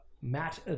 Matt